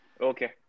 Okay